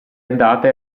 andata